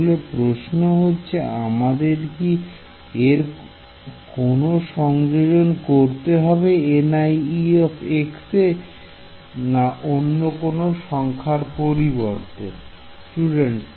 তাহলে প্রশ্ন হচ্ছে আমাদের কি এর কোন সংযোজন করতে হবে এ i সংখ্যক বার